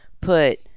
put